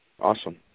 Awesome